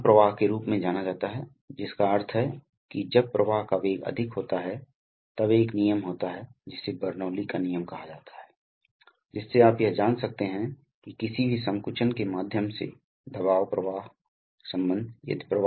आपके पास दबाव नियामक हो सकते हैं आपके पास प्रवाह नियंत्रण वाल्व विभिन्न प्रकार के वाल्व हो सकते हैं इसके अलावा यह सरल दिशा नियंत्रण वाल्व है इसलिए आपके पास आपका वास्तविक आप जानते हैं नियंत्रण प्रणाली तत्व यह आमतौर पर गैस संपीड़ित वायु प्रणाली है